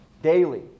Daily